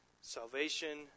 Salvation